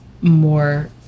more